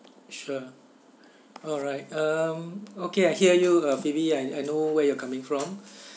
sure alright um okay I hear you uh phoebe I I know where you're coming from